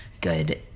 good